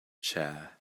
chair